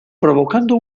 provocando